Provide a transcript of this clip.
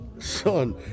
Son